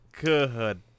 Good